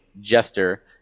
Jester